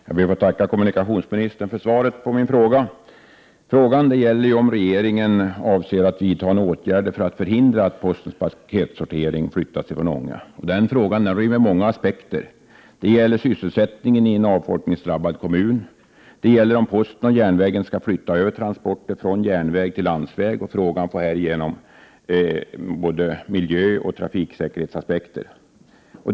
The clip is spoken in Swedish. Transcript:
Herr talman! Jag ber att få tacka kommunikationsministern för svaret på min fråga. Frågan gäller om regeringen avser att vidta några åtgärder för att förhindra att postens paketsortering flyttas från Ånge. Den frågan rymmer många aspekter. Den gäller sysselsättningen i en avfolkningsdrabbad kommun, och den gäller huruvida posten skall flytta över transporter från järnväg till landsväg. Frågan har härigenom både miljöoch trafiksäkerhetsaspekter.